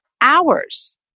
hours